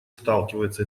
сталкивается